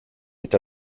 est